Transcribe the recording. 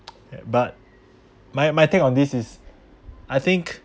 but my my take on this is I think